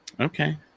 Okay